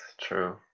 true